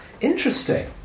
Interesting